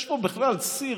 יש פה בכלל ציר.